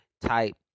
type